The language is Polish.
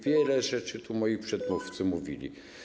Wiele rzeczy tu moi przedmówcy mówili.